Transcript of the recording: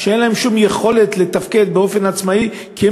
אין להם שום יכולת לתפקד באופן עצמאי כי הם